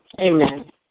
Amen